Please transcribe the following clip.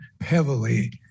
heavily